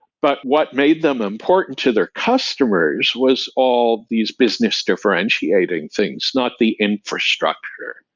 but what made them important to their customers was all these business differentiating things. not the infrastructure.